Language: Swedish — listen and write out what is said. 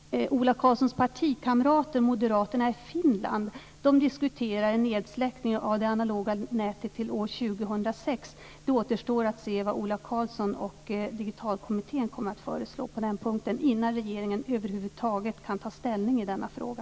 Ola Karlssons partikamrater, moderaterna i Finland, diskuterar en släckning av det analoga nätet till år 2006. Det återstår att se vad Ola Karlsson och Digital-TV-kommittén kommer att föreslå på den punkten innan regeringen över huvud taget kan ta ställning i denna fråga.